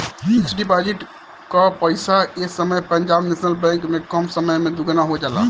fix deposit कअ पईसा ए समय पंजाब नेशनल बैंक में कम समय में दुगुना हो जाला